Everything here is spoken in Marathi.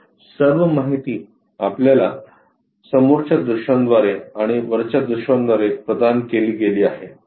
तर सर्व माहिती आपल्या समोरच्या दृश्यांद्वारे आणि वरच्या दृश्यांद्वारे प्रदान केली गेली आहे